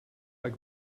like